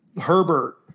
Herbert